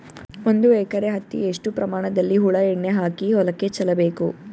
ಒಂದು ಎಕರೆ ಹತ್ತಿ ಎಷ್ಟು ಪ್ರಮಾಣದಲ್ಲಿ ಹುಳ ಎಣ್ಣೆ ಹಾಕಿ ಹೊಲಕ್ಕೆ ಚಲಬೇಕು?